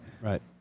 Right